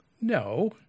No